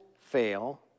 fail